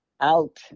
out